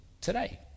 today